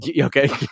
okay